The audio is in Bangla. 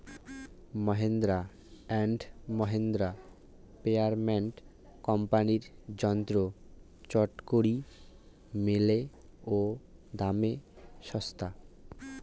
মাহিন্দ্রা অ্যান্ড মাহিন্দ্রা, স্প্রেয়ারম্যান কোম্পানির যন্ত্র চটকরি মেলে ও দামে ছস্তা